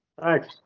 Thanks